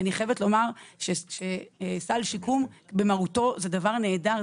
אני חייבת לומר שסל שיקום במהותו הוא דבר נהדר,